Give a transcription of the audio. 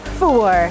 four